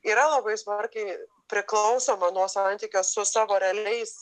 yra labai smarkiai priklauso nuo nuo santykio su savo realiais